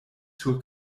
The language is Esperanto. sur